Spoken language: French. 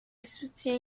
soutient